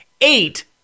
eight